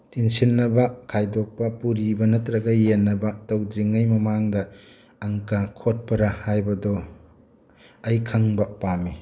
ꯇꯤꯟꯁꯤꯟꯅꯕ ꯈꯥꯏꯗꯣꯛꯄ ꯄꯨꯔꯤꯕ ꯅꯠꯇ꯭ꯔꯒ ꯌꯦꯟꯅꯕ ꯇꯧꯗ꯭ꯔꯤꯉꯩ ꯃꯃꯥꯡꯗ ꯑꯪꯀ ꯈꯣꯠꯄꯔꯥ ꯍꯥꯏꯕꯗꯨ ꯑꯩ ꯈꯪꯕ ꯄꯥꯝꯃꯤ